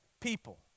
people